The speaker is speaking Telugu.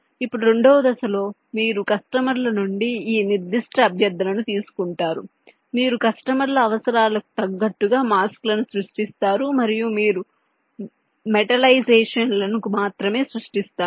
ఇప్పుడు రెండవ దశలో మీరు కస్టమర్ల నుండి ఈ నిర్దిష్ట అభ్యర్థనను తీసుకుంటారు మీరు కస్టమర్ ల అవసరాలకు తగ్గట్టు గా మాస్క్ లను సృష్టిస్తారు మరియు మీరు మెటలైజేషన్లను మాత్రమే సృష్టిస్తారు